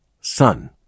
son